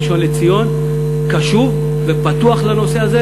הראשון לציון קשוב ופתוח לנושא הזה,